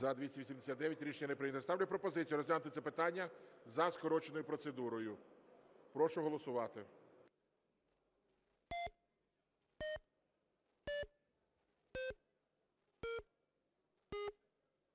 За-289 Рішення прийнято. Ставлю пропозицію розглянути це питання за скороченою процедурою. Прошу голосувати.